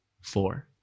Four